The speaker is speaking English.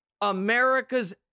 America's